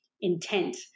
intent